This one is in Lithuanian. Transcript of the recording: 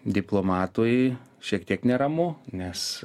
diplomatui šiek tiek neramu nes